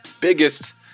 biggest